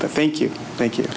thank you thank you